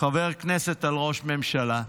חבר כנסת על ראש ממשלה.